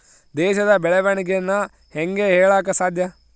ದೇಶದ ಬೆಳೆವಣಿಗೆನ ಹೇಂಗೆ ಹೇಳಕ ಸಾಧ್ಯ?